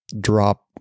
drop